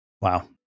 Wow